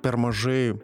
per mažai